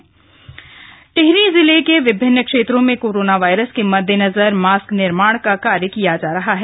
mask निर्माण टिहरी जिले के विभिन्न क्षेत्रों में कोरोना वायरस के मददेनजर मास्क निर्माण का कार्य किया जा रहा है